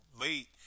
late